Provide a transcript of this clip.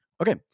Okay